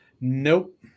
Nope